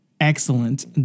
excellent